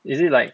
is it like